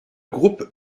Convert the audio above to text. groupe